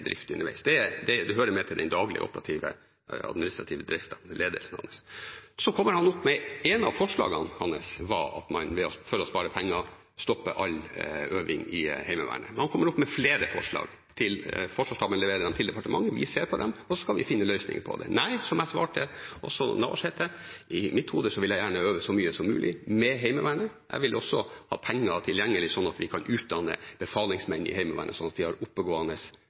underveis. Det hører med til den daglige operative, administrative driften av ledelsen hans. Ett av forslagene hans var at man for å spare penger stopper all øving i Heimevernet. Han kommer opp med flere forslag til forsvarsstaben og leverer dem til departementet. Vi ser på dem, og så skal vi finne løsninger på dem. Som jeg svarte også Navarsete, vil jeg gjerne øve så mye som mulig med Heimevernet. Jeg vil også ha penger tilgjengelig, sånn at vi kan utdanne befalingsmenn i Heimevernet